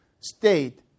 state